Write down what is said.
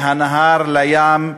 מהנהר לים,